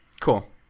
Cool